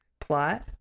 plot